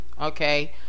Okay